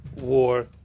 war